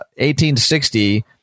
1860